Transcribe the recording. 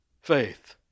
faith